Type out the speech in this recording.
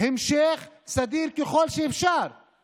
המשך סדיר ככל האפשר של